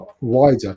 wider